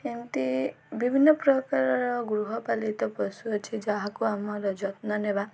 ଏମିତି ବିଭିନ୍ନ ପ୍ରକାରର ଗୃହପାଳିତ ପଶୁ ଅଛି ଯାହାକୁ ଆମର ଯତ୍ନ ନେବା